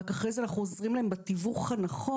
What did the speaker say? רק אחרי זה אנחנו עוזרים להם בתיווך הנכון.